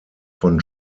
von